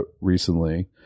recently